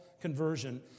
conversion